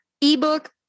ebook